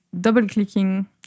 double-clicking